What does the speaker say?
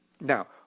Now